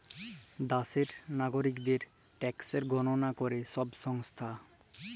দ্যাশের লাগরিকদের ট্যাকসের গললা ক্যরে ছব সংস্থা